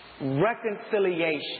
reconciliation